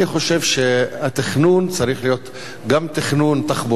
אני חושב שהתכנון צריך להיות גם תחבורתי,